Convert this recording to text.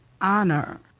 honor